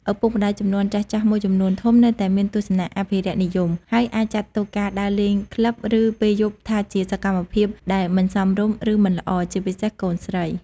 ឪពុកម្តាយជំនាន់ចាស់ៗមួយចំនួនធំ នៅតែមានទស្សនៈ អភិរក្សនិយម ហើយអាចចាត់ទុកការដើរលេងក្លឹប ឬពេលយប់ថាជាសកម្មភាពដែល មិនសមរម្យ ឬ មិនល្អ ជាពិសេសកូនស្រី ។